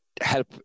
help